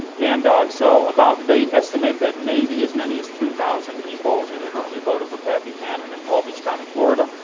and so about they, estimate that maybe as many as two thousand people inadvertently voted for pat buchanan in palm beach county florida,